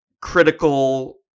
critical